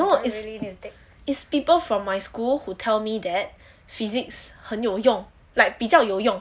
no it's it's people from my school who tell me that physics 很有用 like 比较有用